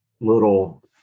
little